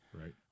Right